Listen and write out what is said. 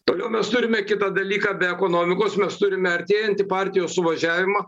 toliau mes turime kitą dalyką be ekonomikos mes turime artėjantį partijos suvažiavimą